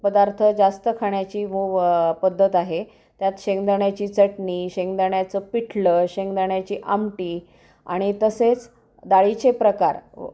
पदार्थ जास्त खाण्याची व पद्धत आहे त्यात शेंगदाण्याची चटणी शेंगदाण्याचं पिठलं शेंगदाण्याची आमटी आणि तसेच डाळीचे प्रकार